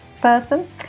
person